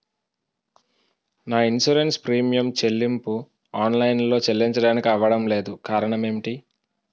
నా insurance premium చెల్లింపు online లో చెల్లించడానికి అవ్వడం లేదు కారణం ఏమిటి?